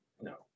no